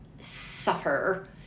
suffer